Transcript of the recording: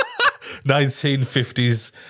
1950s